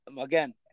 again